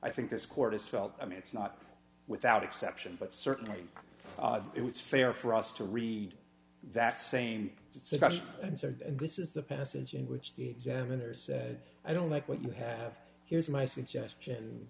i think this court is felt i mean it's not without exception but certainly it's fair for us to read that saying it's about this is the passage in which examiners said i don't like what you have here's my suggestion